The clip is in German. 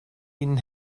ihnen